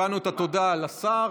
הבנו את התודה לשר,